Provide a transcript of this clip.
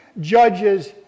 judges